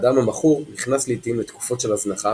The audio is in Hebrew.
האדם המכור נכנס לעיתים לתקופות של הזנחה